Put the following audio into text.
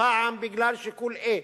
פעם בגלל שיקול a,